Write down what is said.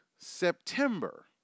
September